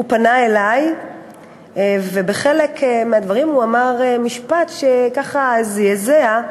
הוא פנה אלי ובחלק מהדברים הוא אמר משפט שככה זעזע,